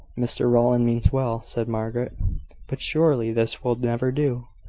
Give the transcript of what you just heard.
mr rowland means well, said margaret but surely this will never do.